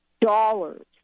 dollars